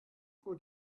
going